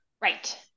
right